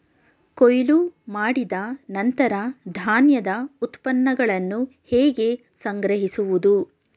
ಕೊಯ್ಲು ಮಾಡಿದ ನಂತರ ಧಾನ್ಯದ ಉತ್ಪನ್ನಗಳನ್ನು ಹೇಗೆ ಸಂಗ್ರಹಿಸುವುದು?